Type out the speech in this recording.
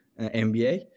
MBA